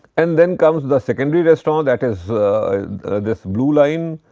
and then comes the secondary restaurant that is this blue line.